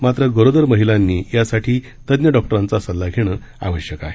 मात्र गरोदर महिलांनी यासाठी तज्ञ डॉक्टरांचा सल्ला घेणं आवश्यक आहे